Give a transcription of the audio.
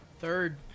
Third